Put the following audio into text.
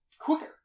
quicker